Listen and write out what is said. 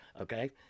Okay